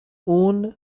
اون